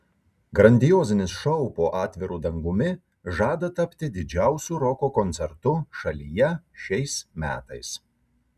grandiozinis šou po atviru dangumi žada tapti didžiausiu roko koncertu šalyje šiais metais